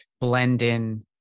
blend-in